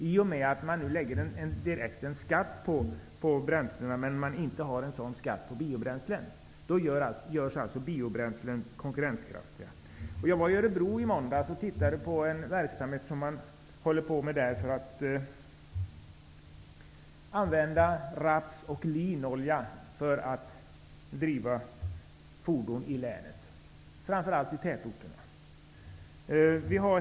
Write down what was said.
I och med att man nu lägger en direkt skatt på bränslena medan man inte har en sådan skatt på biobränslen, görs biobränslena konkurrenskraftiga. Jag var i Örebro i måndags för att titta på en verksamhet där man använder raps och linolja för att driva fordon i länet, framför allt i tätorterna.